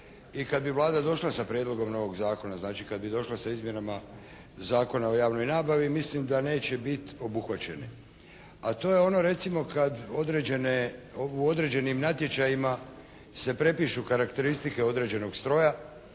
i kad bi Vlada došla sa prijedlogom novog zakona, znači kada bi došla sa izmjenama Zakona o javnoj nabavi, mislim da neće biti obuhvaćene. A to je ono recimo kada u određenim natječajima se prepišu karakteristike određenog stroja